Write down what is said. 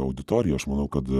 auditorija aš manau kad